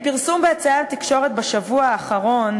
מפרסום באמצעי התקשורת בשבוע האחרון,